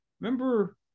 remember